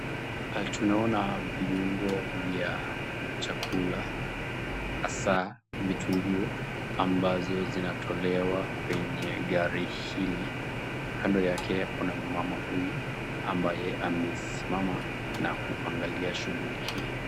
tunaona viungo vya chakula hasa vitunguu ambazo zinatolewa kwenye gari hili. Kando yake kuna mama huyu ambaye amesimama na kuangalia shughuli hii.